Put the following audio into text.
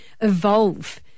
evolve